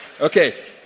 okay